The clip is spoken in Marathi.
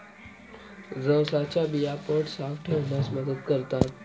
जवसाच्या बिया पोट साफ ठेवण्यास मदत करतात